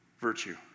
virtue